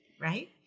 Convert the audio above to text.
Right